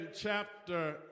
chapter